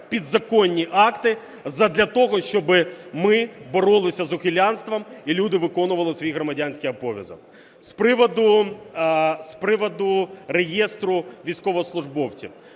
підзаконні акти задля того, щоби ми боролися з ухилянтством і люди виконували свій громадянський обов'язок. З приводу реєстру військовослужбовців,